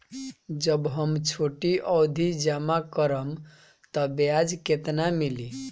जब हम छोटी अवधि जमा करम त ब्याज केतना मिली?